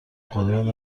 خداوند